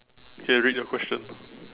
okay read your question